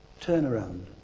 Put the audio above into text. turnaround